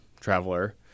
traveler